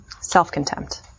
Self-contempt